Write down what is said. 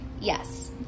Yes